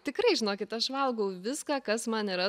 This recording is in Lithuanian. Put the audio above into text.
tikrai žinokit aš valgau viską kas man yra